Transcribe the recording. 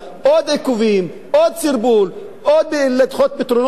עוד לדחות פתרונות ולהוסיף עוד פקידות.